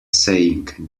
saying